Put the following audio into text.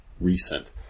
recent